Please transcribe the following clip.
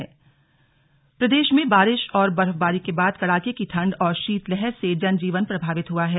slug मौसम प्रदेश में बारिश और बर्फबारी के बाद कड़ाके की ठंड और शीतलहर से जनजीवन प्रभावित हुआ है